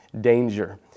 danger